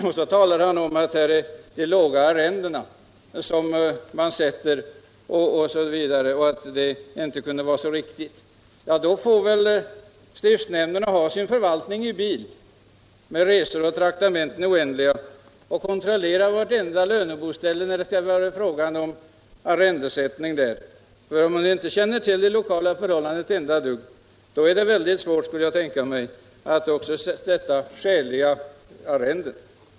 Han nämner de låga arrendena. Då får väl stiftsnämnderna sköta sin förvaltning per bil med resor och traktamenten i det oändliga och kontrollera vartenda löneboställe vid arrendesättningen. Känner man inte till de lokala förhållandena, är det svårt att sätta skäliga arrenden.